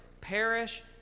perish